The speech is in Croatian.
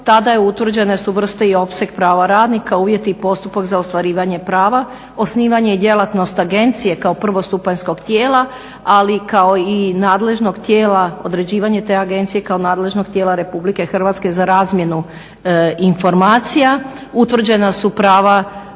tada su utvrđene vrste i opseg prava radnika, uvjeti i postupak za ostvarivanje prava, osnivanje djelatnost agencije kao prvostupanjskog tijela, ali kao i nadležnog tijela, određivanje te agencije kao nadležnog tijela RH za razmjenu informacija. Utvrđena su prava